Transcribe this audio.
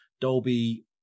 Dolby